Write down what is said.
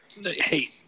Hey